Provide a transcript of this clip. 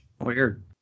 Weird